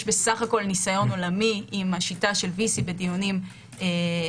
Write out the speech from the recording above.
יש בסך הכול ניסיון עולמי עם השיטה של VC בדיונים פליליים.